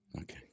okay